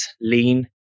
lean